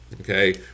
okay